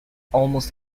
almost